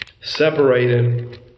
separated